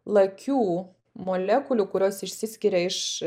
lakių molekulių kurios išsiskiria iš